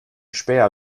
späher